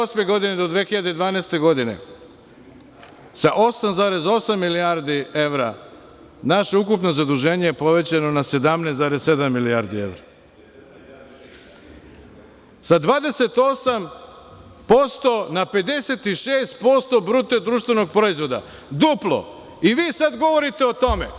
Dve hiljade osme godine do 2012. godine, sa 8,8% milijardi evra naše ukupno zaduženje je povećano na 17,7 milijardi evra, sa 28% na 56% BDP, duplo, i vi sada govorite o tome.